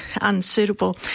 unsuitable